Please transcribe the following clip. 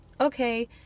okay